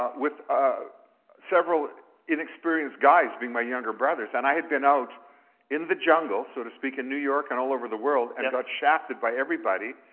ah with ah several inexperienced guys being my younger brothers. and i had been out in the jungle, so to speak, in new york and all over the world and got shafted by everybody,